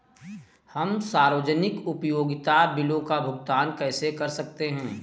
हम सार्वजनिक उपयोगिता बिलों का भुगतान कैसे कर सकते हैं?